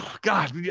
God